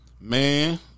man